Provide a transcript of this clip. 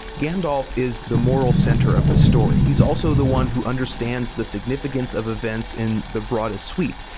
gandalf is the moral center of the story. he's also the one who understands the significance of events in the broadest sweep.